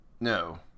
No